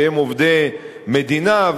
שהם עובדי המדינה,